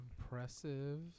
Impressive